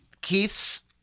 Keith's